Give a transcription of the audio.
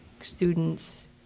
students